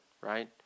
right